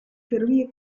ferrovie